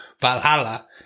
Valhalla